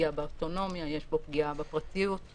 פגיעה באוטונומיה, יש בו פגיעה בפרטיות,